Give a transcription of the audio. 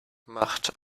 macht